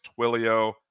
twilio